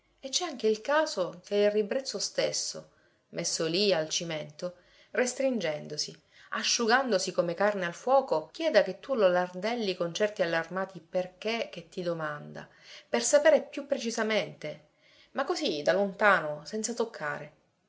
e c'è anche il caso che il ribrezzo stesso messo lì al cimento restringendosi asciugandosi come carne al fuoco chieda che tu lo lardelli con certi allarmati perché che ti domanda per sapere più precisamente ma così da lontano senza toccare